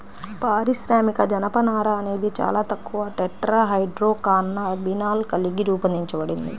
పారిశ్రామిక జనపనార అనేది చాలా తక్కువ టెట్రాహైడ్రోకాన్నబినాల్ కలిగి రూపొందించబడింది